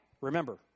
remember